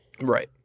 Right